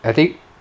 I think